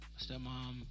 stepmom